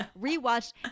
rewatched